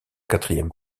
quatrième